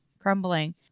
crumbling